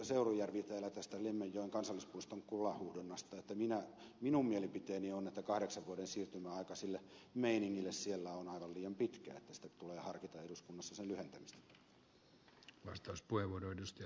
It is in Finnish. seurujärvi täällä tästä lemmenjoen kansallispuiston kullanhuuhdonnasta että minun mielipiteeni on että kahdeksan vuoden siirtymäaika sille meiningille siellä on aivan liian pitkä että tulee harkita eduskunnassa sen lyhentämistä